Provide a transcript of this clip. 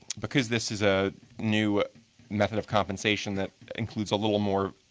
because this is a new method of compensation that includes a little more